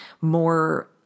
more